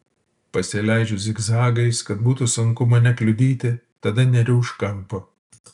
pasileidžiu zigzagais kad būtų sunku mane kliudyti tada neriu už kampo